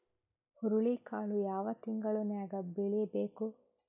ಹುರುಳಿಕಾಳು ಯಾವ ತಿಂಗಳು ನ್ಯಾಗ್ ಬೆಳಿಬೇಕು?